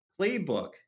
playbook